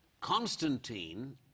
Constantine